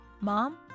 Mom